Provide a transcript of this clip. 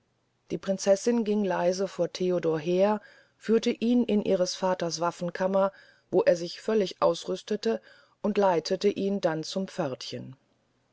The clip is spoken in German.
die prinzessin ging leise vor theodor her führte ihn in ihres vaters waffenkammer wo er sich völlig ausrüstete und leitete ihn dann zum pförtchen